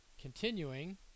Continuing